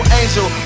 angel